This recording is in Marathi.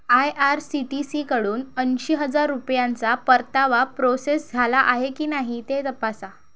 आय आर सी टी सीकडून ऐंशी हजार रुपयांचा परतावा प्रोसेस झाला आहे की नाही ते तपासा